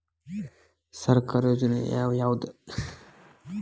ಸರ್ಕಾರದ ಯೋಜನೆ ಯಾವ್ ಯಾವ್ದ್?